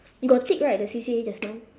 you got tick right the C_C_A just now